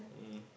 um